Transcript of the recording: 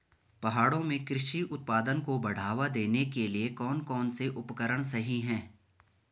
पहाड़ों में कृषि उत्पादन को बढ़ावा देने के लिए कौन कौन से उपकरण सही हैं?